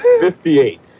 fifty-eight